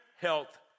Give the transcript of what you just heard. health